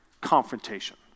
confrontation